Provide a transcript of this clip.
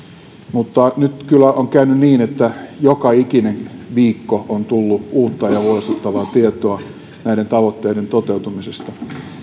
mutta nyt on kyllä käynyt niin että joka ikinen viikko on tullut uutta ja huolestuttavaa tietoa näiden tavoitteiden toteutumisesta